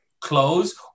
close